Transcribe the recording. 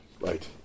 Right